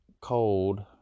cold